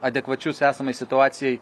adekvačius esamai situacijai